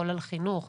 כולל חינוך,